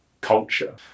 culture